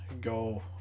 go